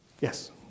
Yes